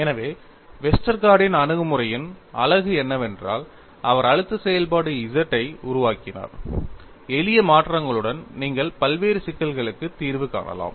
எனவே வெஸ்டர்கார்டின் Westergaard's அணுகுமுறையின் அழகு என்னவென்றால் அவர் அழுத்த செயல்பாடு Z ஐ உருவாக்கினார் எளிய மாற்றங்களுடன் நீங்கள் பல்வேறு சிக்கல்களுக்கு தீர்வு காணலாம்